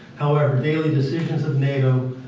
however, daily decisions of nato,